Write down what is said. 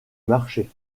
marché